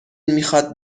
میخواد